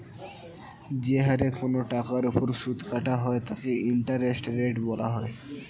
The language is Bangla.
যে হারে কোন টাকার উপর সুদ কাটা হয় তাকে ইন্টারেস্ট রেট বলা হয়